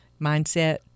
mindset